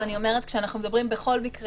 אני גם אומרת שכשאנחנו מדברים בכל מקרה